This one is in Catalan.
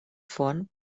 font